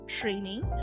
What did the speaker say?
training